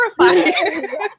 terrified